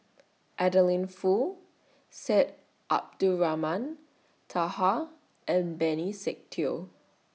Adeline Foo Syed Abdulrahman Taha and Benny Se Teo